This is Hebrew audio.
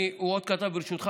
הוא עוד כתב ברשותך,